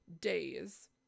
days